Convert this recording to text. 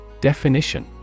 Definition